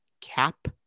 cap